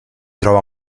trova